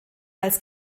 als